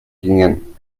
gingen